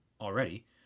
already